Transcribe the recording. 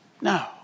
No